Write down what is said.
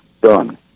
done